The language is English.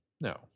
no